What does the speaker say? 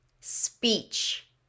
Speech